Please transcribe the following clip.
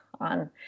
on